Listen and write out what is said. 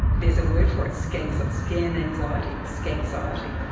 there's a word for it, scan so scan anxiety, scanxiety.